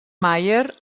mayer